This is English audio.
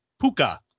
Puka